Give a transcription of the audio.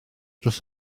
dros